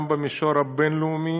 גם במישור הבין-לאומי,